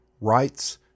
Rights